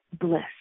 bliss